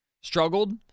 Struggled